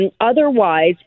Otherwise